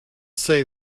say